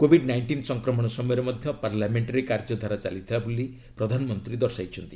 Covid nineteen ସଂକ୍ରମଣ ସମୟରେ ମଧ୍ୟ ପାର୍ଲାମେଷ୍ଟରେ କାର୍ଯ୍ୟଧାରା ଚାଲିଥିଲା ବୋଲି ପ୍ରଧାନମନ୍ତ୍ରୀ ଦର୍ଶାଇଛନ୍ତି